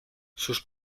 sus